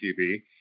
TV